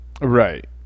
Right